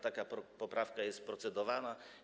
Taka poprawka jest procedowana.